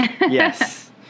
Yes